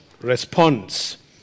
response